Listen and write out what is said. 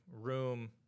room